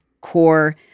core